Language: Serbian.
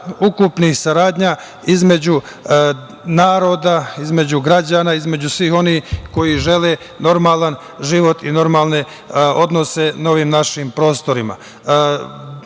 ukupnih saradnja između naroda, između građana, između svih onih koji žele normalan život i normalne odnose na ovim našim prostorima. Vrlo